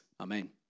Amen